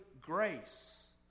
grace